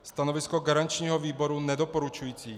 Stanovisko garančního výboru je nedoporučující.